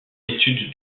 l’étude